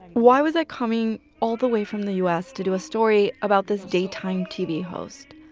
why was i coming all the way from the u s. to do a story about this daytime tv host?